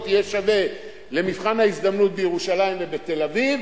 יהיה שווה למבחן ההזדמנות בירושלים ובתל-אביב,